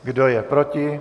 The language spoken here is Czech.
Kdo je proti?